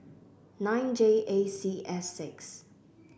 nine J A C S six